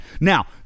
Now